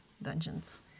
vengeance